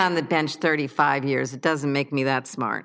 on the bench thirty five years that doesn't make me that smart